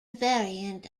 variant